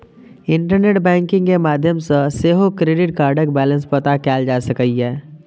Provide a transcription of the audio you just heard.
internet banking के माध्यम सं सेहो क्रेडिट कार्डक बैलेंस पता कैल जा सकैए